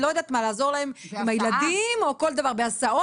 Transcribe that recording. לעזור להם עם הילדים --- בהסעה.